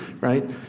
right